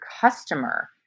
customer